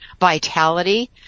vitality